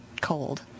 cold